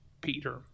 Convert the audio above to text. Peter